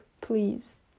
please